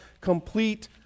complete